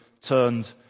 turned